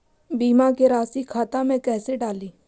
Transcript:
बीमा के रासी खाता में कैसे डाली?